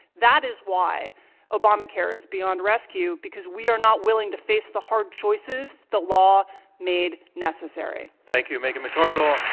that is why obamacare is beyond rescue, because we are not willing to face the hard choices the law made necessary. thank you, megan mcardle.